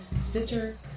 stitcher